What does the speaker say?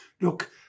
look